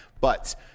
But-